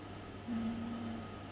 mm